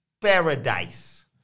Paradise